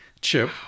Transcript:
Chip